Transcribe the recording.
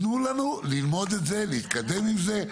תנו לנו ללמוד את זה, להתקדם עם זה.